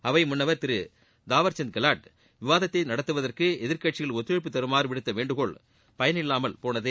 அவை முன்னவர் திரு தாவர்சந்த் கெலாட் விவாதத்தை நடத்துவதற்கு எதிர்க்கட்சிகள் ஒத்துழைப்பு தருமாறு விடுத்த வேண்டுகோள் பயளில்லாமல் போனது